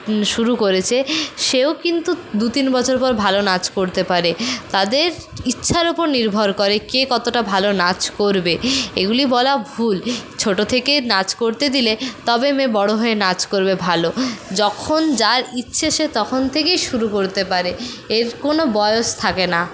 শুরু করেছে সেও কিন্তু দু তিন বছর পর ভালো নাচ করতে পারে তাদের ইচ্ছার উপর নির্ভর করে কে কতটা ভালো নাচ করবে এগুলি বলা ভুল ছোটো থেকে নাচ করতে দিলে তবে মেয়ে বড়ো হয়ে নাচ করবে ভালো যখন যার ইচ্ছে সে তখন থেকেই শুরু করতে পারে এর কোনো বয়স থাকে না